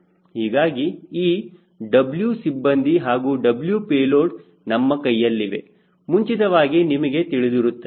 ಹೀಗಾಗಿ ಈ W ಸಿಬ್ಬಂದಿ ಹಾಗೂ W ಪೇಲೋಡ್ ನಮ್ಮ ಕೈಯಲ್ಲಿವೆ ಮುಂಚಿತವಾಗಿ ನಮಗೆ ತಿಳಿದಿರುತ್ತದೆ